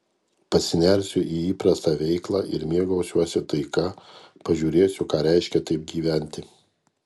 pasinersiu į įprastą veiklą ir mėgausiuosi taika pažiūrėsiu ką reiškia taip gyventi